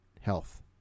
health